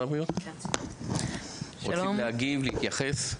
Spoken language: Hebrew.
רוצים להגיב ולהתייחס?